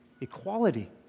equality